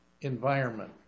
environment